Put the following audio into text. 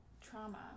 trauma